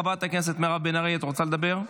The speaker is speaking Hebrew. חברת הכנסת מירב בן ארי, את רוצה לדבר?